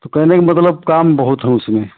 तो कहने का मतलब काम बहुत है उसमें